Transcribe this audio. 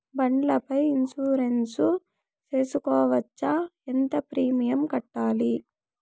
బండ్ల పై ఇన్సూరెన్సు సేసుకోవచ్చా? ఎంత ప్రీమియం కట్టాలి?